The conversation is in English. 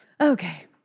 Okay